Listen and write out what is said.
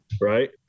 right